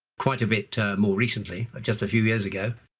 quite a bit more recently, just a few years ago,